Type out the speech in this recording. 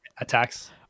attacks